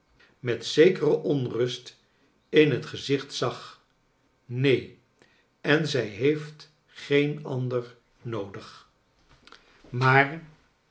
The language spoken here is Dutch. nelly zekere onrust in het gezicht zag neen en zij heeft geen ander noodig maar